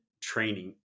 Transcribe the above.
training